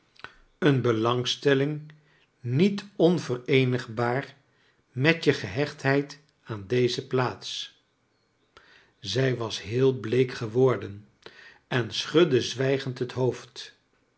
een belangstelling niet onvereenigbaar met je gehechtheid aan deze plaats zij was heel bleek geworden en schudde zwijgend het hoofd